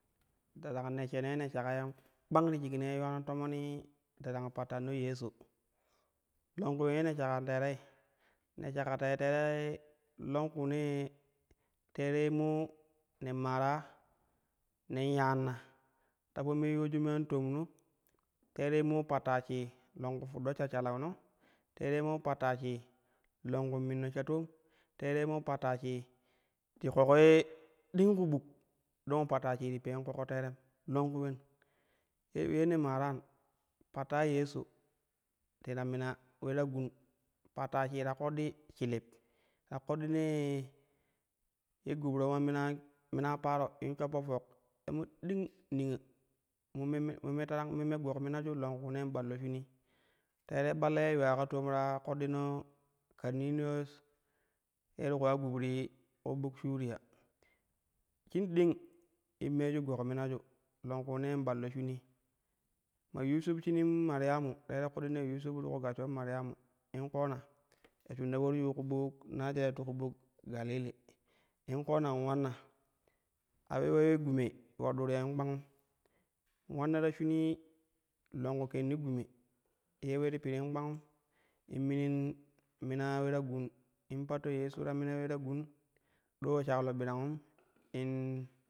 Darang neshshono ye ne shaka yen kpang ti shiknei ye yuwa no tomonii darang pattanno yesho, longku ule ye ne shakan terei ne shaka tei terei longkuunee terei mo ne maara nen yanna ta fo me yuulaju me an toomno terei moo patta shii longku fuddo shashshalauno, terei moo patta shii longku in minno sha toom, terei moo patta shi ti ƙoƙo ye ding ko buk ɗo mo patta shi ti ƙoƙou teerem. Longku ulem ye ye ne maaran pattan yesho ti ta mina ule ta gun potta shi ta ƙoɗɗi shilib ta ƙoɗɗi ne ye ye gub roma mina parao in shuppo ya mo ding niya :me-mi-mi-mo-me-tarang mome gogmimaju” longkuna in ɓallo shinii terei ɓalla ye yuula toom ta ƙoɗɗini ƙarbiniyas ye ti ku ya gub ti ku buk suriya shim ding in meju gog nima ju longkuunee in ɓalla shuni ma yusuf shunin maryamu terei ƙoɗɗii yusuf ti po gashshan maryamu in ƙoor ya shun ta ularju ku buk najaret ti ule gume po dur yen kpangum ulanna ta shuuni longku kenni gume ye ule ti pirin kpangum in minin mima ule ta gum in patto yesho ta mina ule ta gun to po shaklo birangum in.